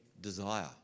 desire